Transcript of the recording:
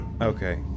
Okay